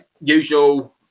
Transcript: usual